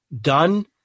done